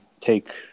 take